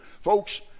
folks